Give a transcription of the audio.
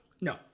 No